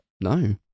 no